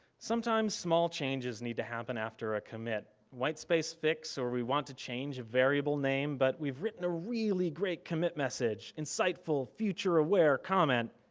sometimes small changes need to happen after a commit. whitespace fix or we want to change a variable name, but we've written a really great commit message. insightful, future aware comment.